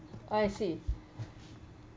I see